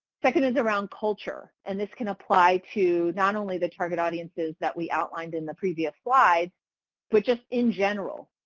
second is around culture and this can apply to not only the target audiences that we outlined in the previous slide but just in general.